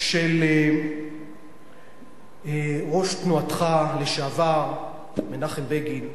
של ראש תנועתך לשעבר מנחם בגין.